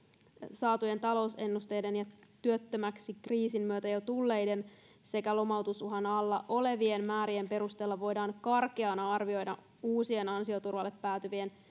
saatujen talousennusteiden ja työttömäksi kriisin myötä jo tulleiden sekä lomautusuhan alla olevien määrien perusteella voidaan karkeana arviona uusien ansioturvalle päätyvien